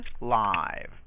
live